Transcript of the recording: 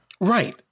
Right